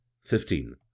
fifteen